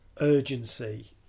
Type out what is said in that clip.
urgency